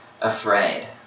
afraid